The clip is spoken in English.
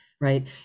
right